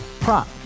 prop